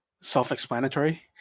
self-explanatory